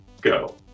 Go